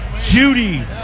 Judy